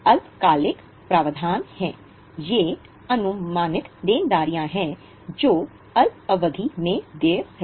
अल्पकालिक प्रावधान हैं ये अनुमानित देनदारियां हैं जो अल्पावधि में देय हैं